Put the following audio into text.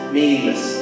meaningless